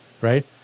right